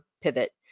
pivot